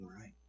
right